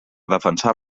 defensar